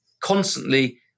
constantly